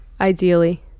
Ideally